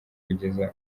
kugeza